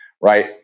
right